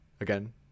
again